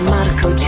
Marco